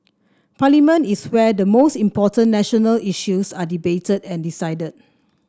parliament is where the most important national issues are debated and decided